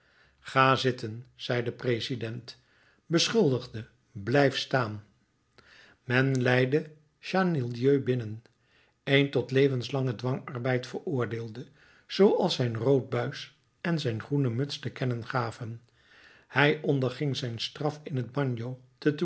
ga zitten zei de president beschuldigde blijf staan men leidde chenildieu binnen een tot levenslangen dwangarbeid veroordeelde zooals zijn rood buis en zijn groene muts te kennen gaven hij onderging zijn straf in t bagno te